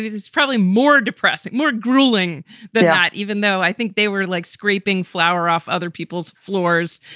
it's probably more depressing, more grueling than that, even though i think they were like scraping flower off other people's floors,